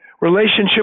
relationship